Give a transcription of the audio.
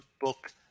book